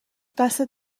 دستت